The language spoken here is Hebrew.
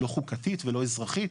לא חוקתית ולא אזרחית,